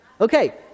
Okay